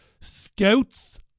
scouts